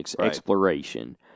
exploration